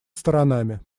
сторонами